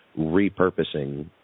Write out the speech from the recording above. repurposing